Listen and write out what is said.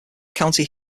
county